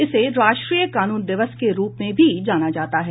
इसे राष्ट्रीय कानून दिवस के रूप में भी जाना जाता है